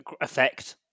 effect